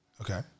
Okay